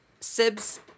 Sibs